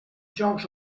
jocs